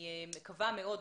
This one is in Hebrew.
אני מקווה מאוד,